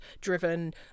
driven